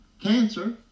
cancer